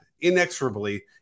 inexorably